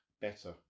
better